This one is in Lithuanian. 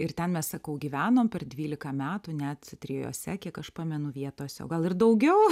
ir ten mes sakau gyvenom per dvylika metų net trijose kiek aš pamenu vietose o gal ir daugiau